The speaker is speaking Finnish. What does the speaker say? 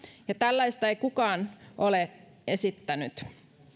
ja tällaista ei kukaan ole esittänyt